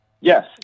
Yes